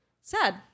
Sad